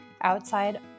outside